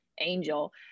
angel